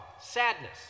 sadness